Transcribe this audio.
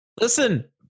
Listen